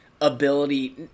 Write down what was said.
ability